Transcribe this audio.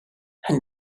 and